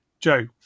Joe